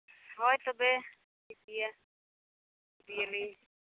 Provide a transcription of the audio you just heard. ᱦᱳᱭ ᱛᱚᱵᱮ ᱴᱷᱤᱠ ᱜᱮᱭᱟ ᱤᱫᱤᱭᱟᱞᱤᱧ